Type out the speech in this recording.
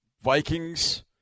Vikings